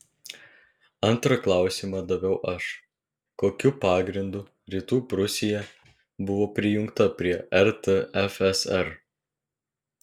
antrą klausimą daviau aš kokiu pagrindu rytų prūsija buvo prijungta prie rtfsr